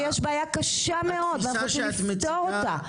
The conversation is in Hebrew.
יש בעיה קשה מאוד וצריך לפתור אותה.